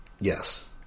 Yes